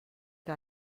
que